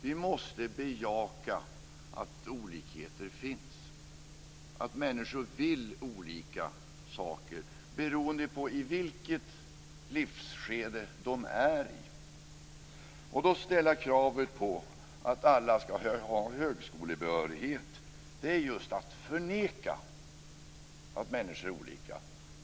Vi måste bejaka att olikheter finns och att människor vill olika saker beroende på i vilket livsskede de är i. Att då ställa kravet att alla ska ha högskolebehörighet är just att förneka att människor är olika.